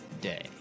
Day